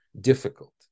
difficult